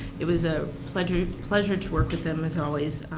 it was a pleasure pleasure to work with them as always,